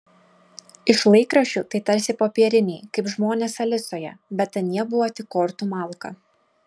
iš laikraščių tai tarsi popieriniai kaip žmonės alisoje bet anie buvo tik kortų malka